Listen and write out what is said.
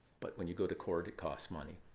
but when you go to court, it costs money.